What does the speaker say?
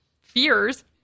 fears